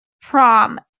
prom